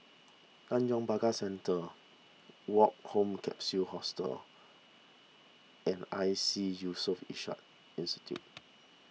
Tanjong Pagar Centre Woke Home Capsule Hostel and Iseas Yusof Ishak Institute